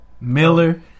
Miller